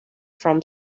from